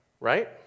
Right